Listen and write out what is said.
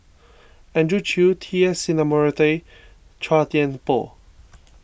Andrew Chew T S Sinnathuray and Chua Thian Poh